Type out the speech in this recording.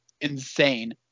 insane